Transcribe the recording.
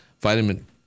vitamin